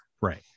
right